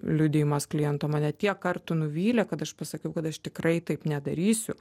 liudijimas kliento mane tiek kartų nuvylė kad aš pasakiau kad aš tikrai taip nedarysiu